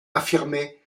affirmé